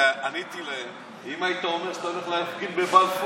עניתי להם: אם היית אומר שאתה הולך להפגין בבלפור,